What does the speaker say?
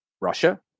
Russia